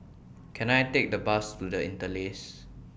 Can I Take A Bus to The Interlace